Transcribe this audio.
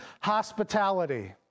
hospitality